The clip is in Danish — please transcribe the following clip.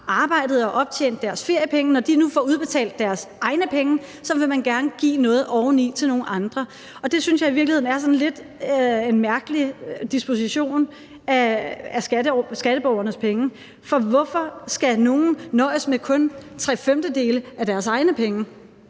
arbejdet og optjent deres feriepenge, nu får udbetalt deres egne penge, så vil man gerne give noget oveni til nogle andre, og det synes jeg i virkeligheden er en lidt mærkelig måde at disponere over skatteborgernes penge på. For hvorfor skal nogle nøjes med kun tre femtedele af deres egne penge,